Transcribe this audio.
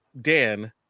Dan